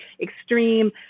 extreme